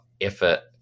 effort